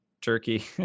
turkey